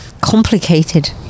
Complicated